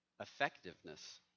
Effectiveness